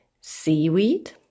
seaweed